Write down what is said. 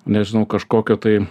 nežinau kažkokio tai